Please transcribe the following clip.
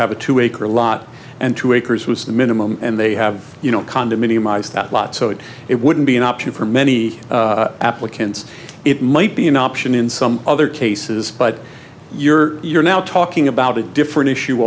have a two acre lot and two acres was the minimum and they have you know condominium eyes that lot so it wouldn't be an option for many applicants it might be an option in some other cases but you're you're now talking about a different issue